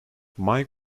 mike